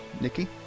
Nikki